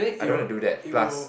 I don't want to do that plus